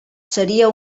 seria